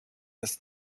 ist